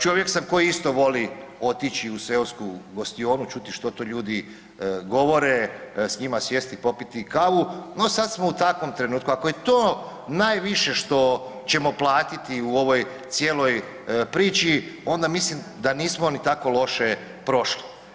Čovjek sam koji isto voli otići u seosku gostionu, čuti što to ljudi govore, s njima sjesti i popiti kavu, no sad smo u takvom trenutku, ako je to najviše što ćemo platiti u ovoj cijeloj priči, onda mislim da nismo ni tako loše prošli.